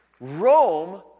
Rome